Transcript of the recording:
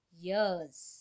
years